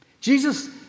Jesus